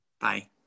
Bye